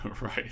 right